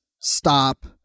stop